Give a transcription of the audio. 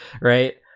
Right